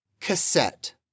Cassette